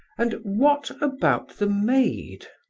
and what about the maid?